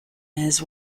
his